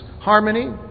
harmony